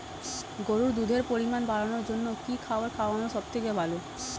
গরুর দুধের পরিমাণ বাড়ানোর জন্য কি খাবার খাওয়ানো সবথেকে ভালো?